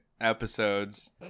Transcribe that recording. episodes